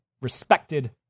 respected